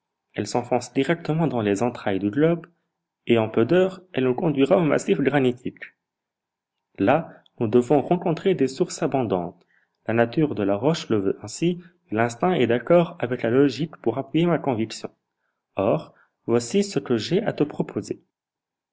elle s'enfonce directement dans les entrailles du globe et en peu d'heures elle nous conduira au massif granitique là nous devons rencontrer des sources abondantes la nature de la roche le veut ainsi et l'instinct est d'accord avec la logique pour appuyer ma conviction or voici ce que j'ai à te proposer